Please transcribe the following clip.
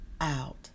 out